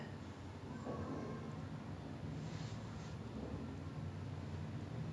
ya err quite near teck whye lah I would say like from teck whye maybe ten to fifteen minute my house already